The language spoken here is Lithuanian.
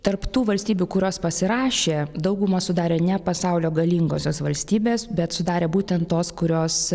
tarp tų valstybių kurios pasirašė daugumą sudarė ne pasaulio galingosios valstybės bet sudarė būtent tos kurios